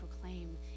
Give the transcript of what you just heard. proclaim